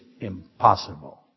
impossible